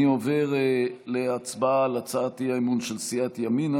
אני עובר להצבעה על הצעת האי-אמון של סיעת ימינה,